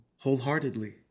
wholeheartedly